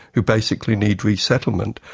who basically need resettlement,